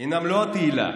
אינם לא התהילה,